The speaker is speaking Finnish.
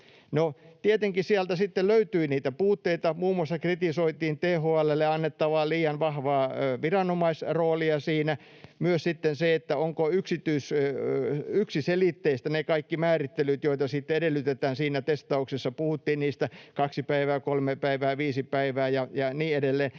tietenkin sieltä sitten löytyi niitä puutteita, muun muassa kritisoitiin THL:lle annettavaa liian vahvaa viranomaisroolia siinä, myös sitten sitä, ovatko kaikki ne määrittelyt, joita edellytetään siinä testauksessa, yksiselitteisiä — puhuttiin niistä kaksi päivää, kolme päivää, viisi päivää ja niin edelleen.